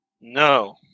No